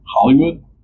Hollywood